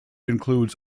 includes